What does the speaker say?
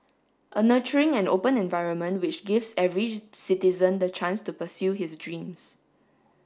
a nurturing and open environment which gives every citizen the chance to pursue his dreams